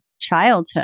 childhood